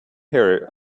here